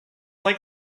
like